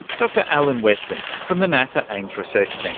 dr alan weston, from the nasa ames research